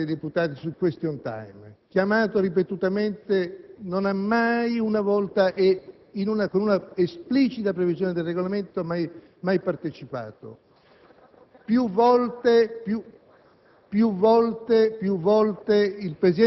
partecipato alle sedute della Camera dei deputati sul *question time*. Chiamato ripetutamente non ha mai una volta, nonostante un'esplicita previsione del Regolamento, partecipato.